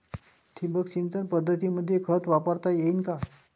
ठिबक सिंचन पद्धतीमंदी खत वापरता येईन का?